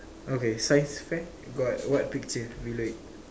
okay science fair got what picture below it